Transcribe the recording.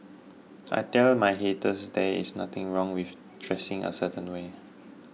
I tell my haters there is nothing wrong with dressing a certain way